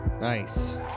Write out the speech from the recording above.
Nice